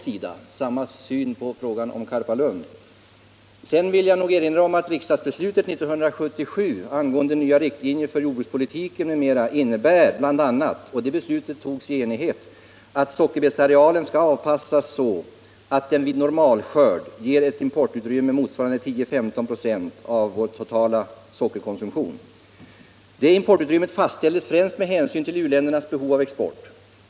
Jag vill vidare erinra om att det beslut som riksdagen fattade 1977 angående nya riktlinjer för jordbrukspolitiken m.m. bl.a. innebär att sockerbetsarealen skall avpassas så att den vid normalskörd ger ett importutrymme motsvarande 10-15 96 av vår totala sockerkonsumtion. Detta importutrymme fastställdes främst med hänsyn till u-ländernas behov av export.